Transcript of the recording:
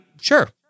Sure